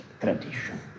tradition